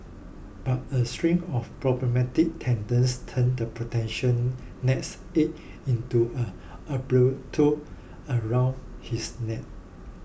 but a string of problematic tenants turned the potential nest egg into an around his neck